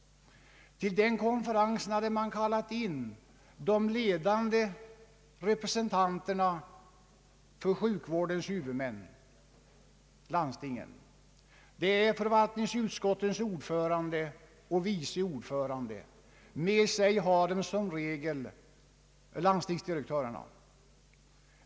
Till den konferensen hade man kallat in de ledande representanterna för sjukvårdens huvudmän, landstingen. Det är förvaltningsutskottens ordförande och vice ordförande vilka som regel har med sig landstingsdirektörerna.